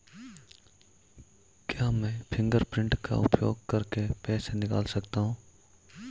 क्या मैं फ़िंगरप्रिंट का उपयोग करके पैसे निकाल सकता हूँ?